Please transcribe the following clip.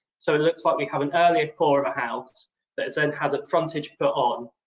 so it looks like we have an earlier core of a house that has then had the frontage put on,